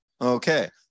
Okay